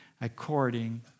according